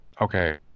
okay